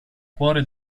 cuore